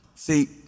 See